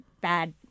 bad